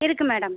இருக்கு மேடம்